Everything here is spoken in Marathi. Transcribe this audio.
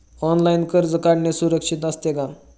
ऑनलाइन कर्ज काढणे सुरक्षित असते का?